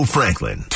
Franklin